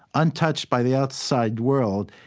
untouched by the outside world.